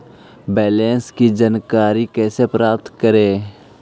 Balance की जानकारी कैसे प्राप्त करे?